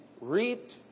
reaped